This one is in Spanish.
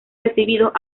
recibidos